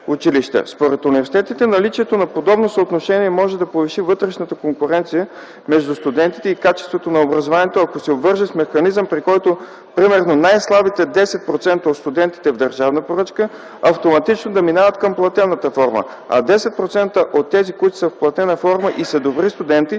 Според университетите наличието на подобно съотношение може да повиши вътрешната конкуренция между студентите и качеството на образованието, ако се обвърже с механизъм, при който примерно най-слабите 10% от студентите в държавна поръчка автоматично да минават към платената форма, а 10% от тези, които са в платената форма и са добри студенти,